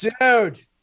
dude